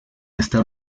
estar